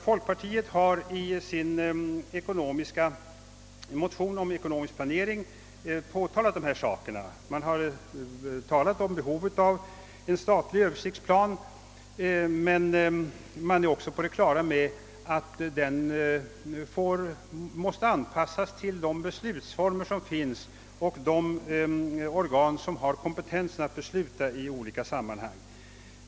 Folkpartiet har i sin motion om ekonomisk planering framhållit dessa frågor. Man har talat om behovet av en statlig översiktsplan, men man är också på det klara med att den måste anpassas till de beslutsformer som finns och till de organ som har kompetens att besluta i olika sammanhang.